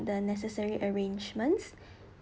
the necessary arrangements